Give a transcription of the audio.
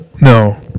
No